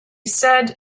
said